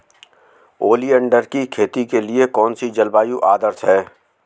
Oleander की खेती के लिए कौन सी जलवायु आदर्श है?